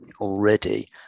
already